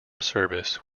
service